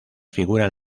figuran